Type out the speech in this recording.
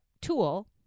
tool